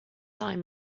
time